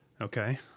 okay